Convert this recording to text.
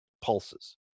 pulses